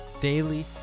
daily